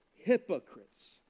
hypocrites